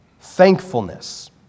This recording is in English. thankfulness